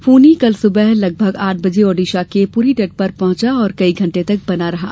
फोनी कल सुबह लगभग आठ बजे ओडिशा के पुरी तट पर पहुंचा और कई घंटे तक बना रहा